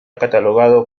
catalogado